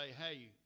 Hey